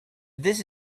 this